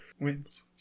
Wins